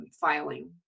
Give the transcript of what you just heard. filing